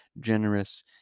generous